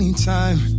Anytime